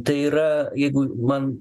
tai yra jeigu man